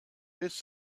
his